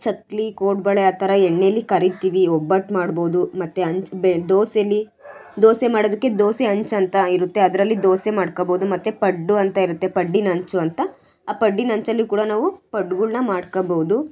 ಚಕ್ಕುಲಿ ಕೋಡುಬಳೆ ಆ ಥರ ಎಣ್ಣೆಯಲ್ಲಿ ಕರಿತೀವಿ ಒಬ್ಬಟ್ಟು ಮಾಡ್ಬೋದು ಮತ್ತು ಹಂಚ್ ಬೆ ದೋಸೆಯಲ್ಲಿ ದೋಸೆ ಮಾಡೋದಕ್ಕೆ ದೋಸೆ ಹಂಚಂತ ಇರುತ್ತೆ ಅದರಲ್ಲಿ ದೋಸೆ ಮಾಡ್ಕೋಬೋದು ಮತ್ತು ಪಡ್ಡು ಅಂತ ಇರುತ್ತೆ ಪಡ್ಡಿನ ಹಂಚು ಅಂತ ಆ ಪಡ್ಡಿನ ಹಂಚಲ್ಲಿಯು ಕೂಡ ನಾವು ಪಡ್ಡುಗಳ್ನ ಮಾಡ್ಕೋಬೌದು